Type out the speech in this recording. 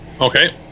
okay